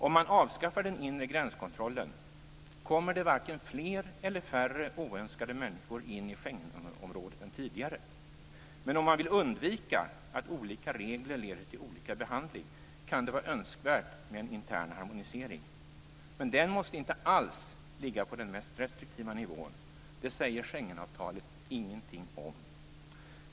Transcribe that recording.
Om man avskaffar den inre gränskontrollen kommer det varken fler eller färre oönskade människor in i Schengenområdet än tidigare. Men om man vill undvika att olika regler leder till olika behandling, kan det vara önskvärt med en intern harmonisering - men den måste inte alls ligga på den mest restriktiva nivån. Det säger Schengenavtalet ingenting om.